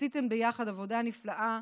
עשיתן יחד עבודה נפלאה.